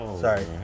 Sorry